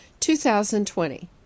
2020